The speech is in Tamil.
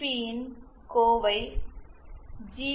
பியின் எக்ஸ்பிரஷன் ஜி